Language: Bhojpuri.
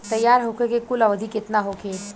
तैयार होखे के कुल अवधि केतना होखे?